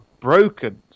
broken